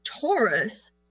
taurus